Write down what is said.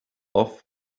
off